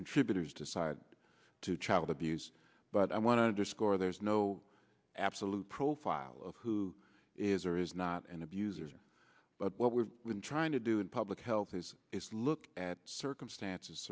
contributors decide to child abuse but i want to underscore there is no absolute profile of who is or is not an abuser but what we're trying to do in public health is is look at circumstances